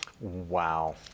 Wow